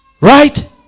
Right